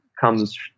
comes